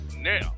Now